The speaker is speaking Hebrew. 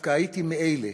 שדווקא הייתי מאלה